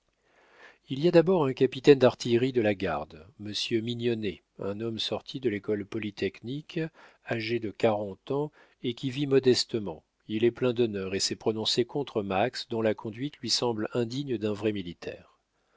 il y a d'abord un capitaine d'artillerie de la garde monsieur mignonnet un homme sorti de l'école polytechnique âgé de quarante ans et qui vit modestement il est plein d'honneur et s'est prononcé contre max dont la conduite lui semble indigne d'un vrai militaire